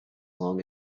long